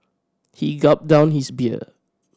he gulped down his beer